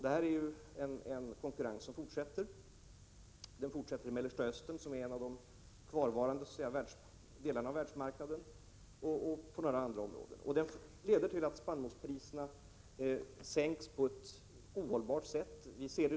Det är en konkurrens som fortsätter. Konkurrensen fortsätter i Mellersta Östern, som är en av de kvarvarande delarna på världsmarknaden, och på några andra områden. Den leder till att spannmålspriserna sänks på ett ohållbart sätt.